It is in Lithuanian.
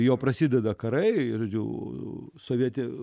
jo prasideda karai ir jų sovietinių